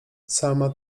sama